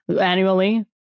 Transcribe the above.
annually